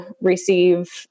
receive